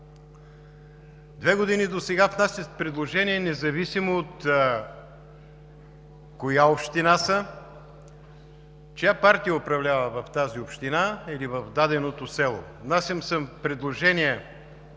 Две години досега внасях предложения, независимо от коя община са, чия партия управлява в тази община или в даденото село. Внасял съм предложения